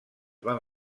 van